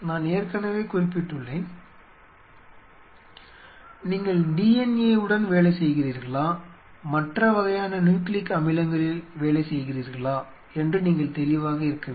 நான் ஏற்கனவே குறிப்பிட்டுள்ளேன் நீங்கள் DNA உடன் வேலை செய்கிறீர்களா மற்ற வகையான நியூக்ளிக் அமிலங்களில் வேலை செய்கிறீர்களா என்று நீங்கள் தெளிவாக இருக்க வேண்டும்